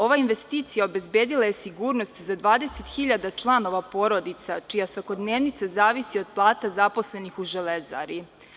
Ova investicija obezbedila je sigurnost za 20.000 članova porodica čija svakodnevnica zavisi od plata zaposlenih u „Železari“